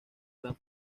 gran